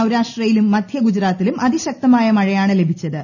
സൌരാഷ്ട്രയിലും മധ്യ ഗുജറാത്തിലും അതിശക്തമായ മഴയാണ് ലഭിച്ചത്